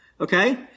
Okay